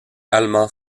allemand